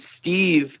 Steve